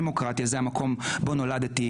התמונה הזאת שהיא כביכול רגע זעיר בתוך הכאוס שקורה כאן